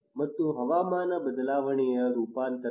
ಮತ್ತು ಹವಾಮಾನ ಬದಲಾವಣೆಯ ರೂಪಾಂತರಗಳು